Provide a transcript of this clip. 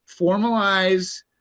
formalize